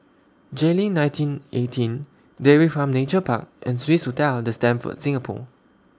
Jayleen nineteen eighteen Dairy Farm Nature Park and Swissotel The Stamford Singapore